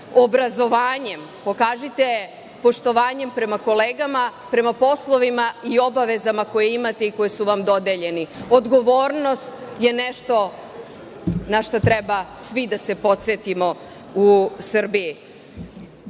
obrazovanjem. Pokažite poštovanjem prema kolegama, prema poslovima i obavezama koje imate i koje su vam dodeljeni. Odgovornost je nešto na šta treba svi da se podsetimo u Srbiji. Još